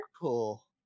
Cool